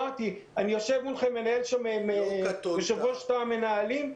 יושב מולכם יושב-ראש תא המנהלים,